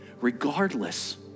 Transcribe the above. regardless